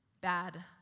bad